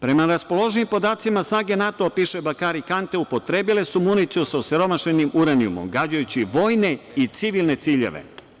Prema raspoloživim podacima snage NATO-a, piše Bakari Kante, upotrebile su municiju sa osiromašenim uranijumom gađajući vojne i civilne ciljeve.